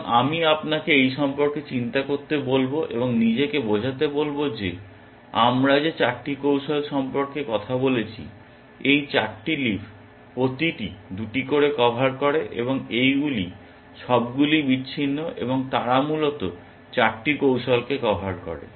এবং আমি আপনাকে এই সম্পর্কে চিন্তা করতে বলব এবং নিজেকে বোঝাতে বলব যে আমরা যে 8টি কৌশল সম্পর্কে কথা বলেছি এই 4টি লিফ প্রতিটি 2টি করে কভার করে এবং এগুলি সবগুলিই বিচ্ছিন্ন এবং তারা মূলত 8টি কৌশলকে কভার করে